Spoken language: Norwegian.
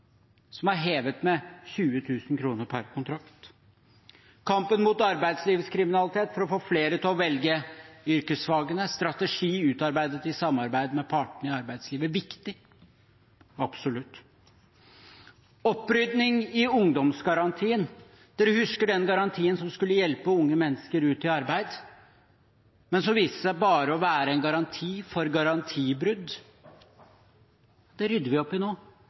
er ett eksempel. Det er hevet med 20 000 kr per kontrakt. Og videre: Kampen mot arbeidslivskriminalitet for å få flere til å velge yrkesfagene: En strategi er utarbeidet i samarbeid med partene i arbeidslivet. Det er viktig, absolutt! Opprydding i ungdomsgarantien: Dere husker den garantien som skulle hjelpe unge mennesker ut i arbeid, men som viste seg bare å være en garanti for garantibrudd. Det rydder vi opp